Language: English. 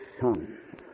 Son